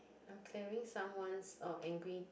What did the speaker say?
I'm clearing someone's uh angry